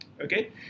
Okay